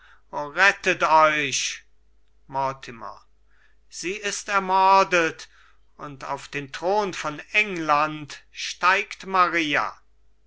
rettet euch mortimer sie ist ermordet und auf den thron von england steigt maria